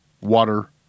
water